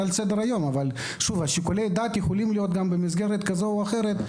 אבל שיקולי הדעת יכולים להיות במסגרת כזו או אחרת.